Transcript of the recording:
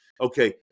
Okay